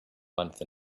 month